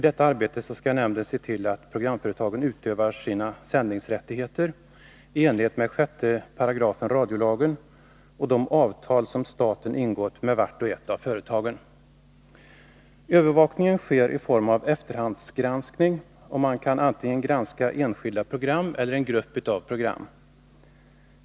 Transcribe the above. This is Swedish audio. I detta arbete skall nämnden se till att programföretagen utövar sina sändningsrättigheter i enlighet med 6§ radiolagen och de avtal som staten ingått med vart och ett av företagen. Övervakningen sker i form av efterhandsgranskning, och man kan antingen granska enskilda program eller en grupp av program.